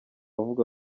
avuga